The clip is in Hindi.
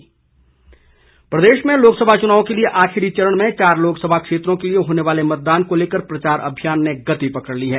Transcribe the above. सुरेश कश्यप प्रदेश में लोकसभा चुनाव के लिए आखिरी चरण में चार लोकसभा क्षेत्रों के लिए होने वाले मतदान को लेकर प्रचार अभियान ने गति पकड़ ली है